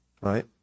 right